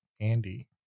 Andy